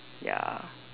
ya